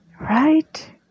right